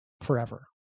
forever